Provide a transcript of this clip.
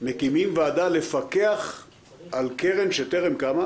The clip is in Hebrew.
מקימים ועדה לפקח על קרן שטרם קמה,